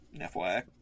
FYI